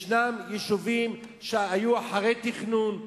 יש יישובים שהיו אחרי תכנון,